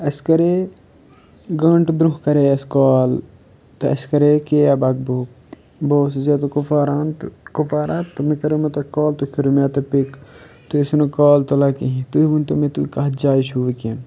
اَسہِ کَرے گٲنٛٹہٕ برونٛہہ کَرے اَسہِ کال تہٕ اَسہِ کَرے کیب اَکھ بُک بہٕ اوسُس زیادٕ کُپوارہ تہٕ کُپوارہ تہٕ مےٚ کٔریمو تۄہہِ کال تُہۍ کٔرِو مےٚ اَتہٕ پِک تُہۍ ٲسِو نہٕ کال تُلان کِہیٖنۍ تُہۍ ؤنۍتَو مےٚ تُہۍ کَتھ جایہِ چھُو وٕنۍکٮ۪ن